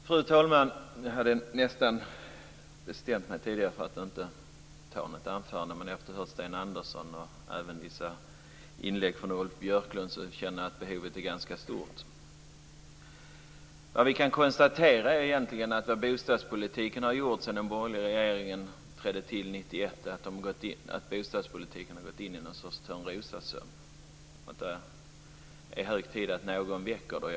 Fru talman! Jag hade tidigare nästan bestämt mig för att inte hålla mitt anförande. Men efter att ha hört Björklund känner jag att behovet är ganska stort. Vi kan konstatera att bostadspolitiken har gått in i någon sorts törnrosasömn sedan den borgerliga regeringen trädde till 1991. Det är hög tid att någon väcker den.